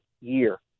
year